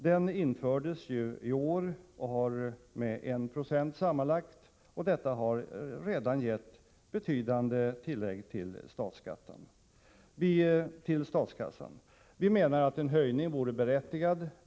Den infördes ju i år, med 1 Z sammanlagt, och har redan gett betydande tillägg till statskassan. Vi menar att en höjning vore berättigad.